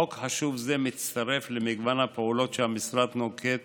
חוק חשוב זה מצטרף למגוון הפעולות שהמשרד נוקט